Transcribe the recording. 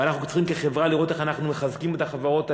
ואנחנו כחברי כנסת צריכים לראות איך אנחנו מחזקים את החברות האלה.